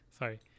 sorry